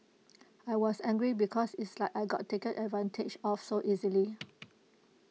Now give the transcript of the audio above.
I was angry because it's like I got taken advantage of so easily